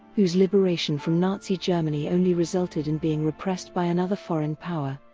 whose liberation from nazi germany only resulted in being repressed by another foreign power.